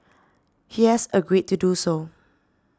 he has agreed to do so